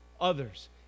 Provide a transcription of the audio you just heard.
Others